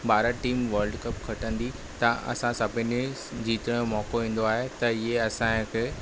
Bharat team World Cup खटंदी त असां सभिनी जीत जो मौक़ो ईंदो आहे त ईअं असांखे